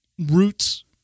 roots